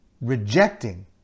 rejecting